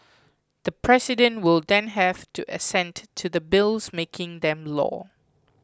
the president will then have to assent to the bills making them law